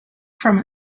from